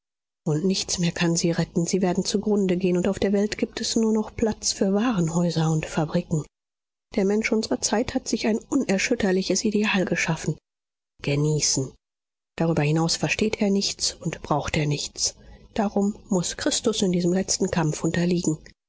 und nichts mehr kann sie retten sie werden zugrunde gehen und auf der welt gibt es nur noch platz für warenhäuser und fabriken der mensch unserer zeit hat sich ein unerschütterliches ideal geschaffen genießen darüber hinaus versteht er nichts und braucht er nichts darum muß christus in diesem letzten kampf unterliegen